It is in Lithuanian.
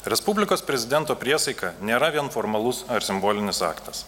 respublikos prezidento priesaika nėra vien formalus ar simbolinis aktas